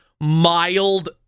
mild